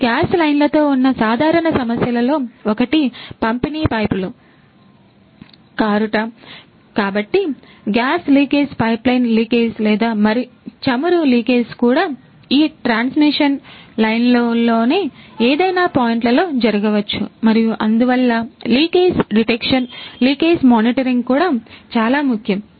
ఈ గ్యాస్ లైన్లతో ఉన్న సాధారణ సమస్యలలో ఒకటి పంపిణీ పైపులు కూడా చాలా ముఖ్యం